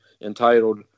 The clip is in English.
entitled